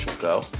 Go